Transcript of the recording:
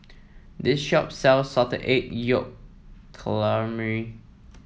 this shop sells Salted Egg Yolk Calamari